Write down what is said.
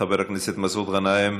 חבר הכנסת מסעוד גנאים,